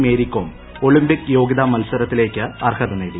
Mary Kom Olympic യോഗ്യതാ മത്സരത്തിലേക്ക് അർഹതനേടി